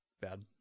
bad